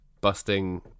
busting